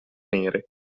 nere